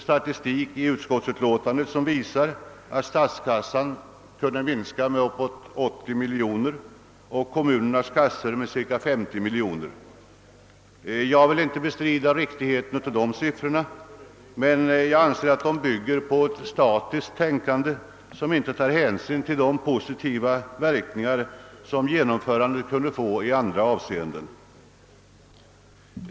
Statistik i utskottsutlåtandet visar att statskassan skulle då minska med cirka 80 miljoner kronor och kommunernas kassor med cirka 50 miljoner kronor. Jag vill inte bestrida riktigheten av dessa siffror, men jag anser att de bygger på ett statiskt tänkande, som inte tar hänsyn till de positiva verkningar som genomförandet skulle få i andra avseenden.